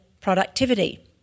productivity